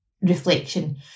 reflection